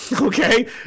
Okay